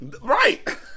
Right